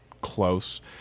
close